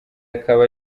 akaba